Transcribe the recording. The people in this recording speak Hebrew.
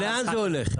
לאן זה הולך?